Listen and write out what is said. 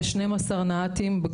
יש 12 נע"תים-נוסף על תפקיד,